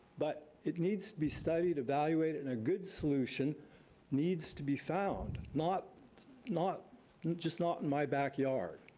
but it needs to be studied, evaluated, and a good solution needs to be found, not not just not in my backyard.